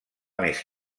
més